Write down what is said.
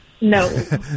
No